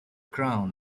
crown